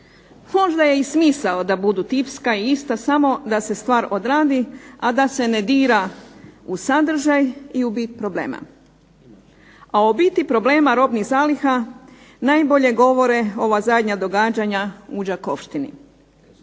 Možda je i smisao da budu tipska, ista, samo da se stvar odradi, a da se ne radi u sadržaj i u bit problema. A o biti problema robnih zaliha najbolje govore ova zadnja događanja u "Đakovštini".